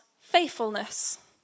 faithfulness